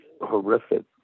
horrific